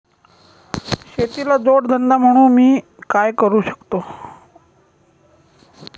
शेतीला जोड धंदा म्हणून मी काय करु शकतो?